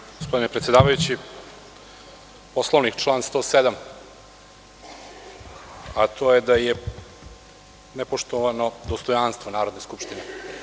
Gospodine predsedavajući, Poslovnik član 107, a to je da je nepoštovano dostojanstvo Narodne skupštine.